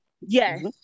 Yes